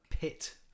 pit